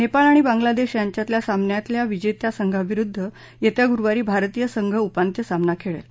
नेपाळ आणि बांगलादेश यांच्यातल्या सामन्यातल्या विजेत्या संघाविरूद्व येत्या गुरूवारी भारतीय संघ उपान्त्य सामना खेळेल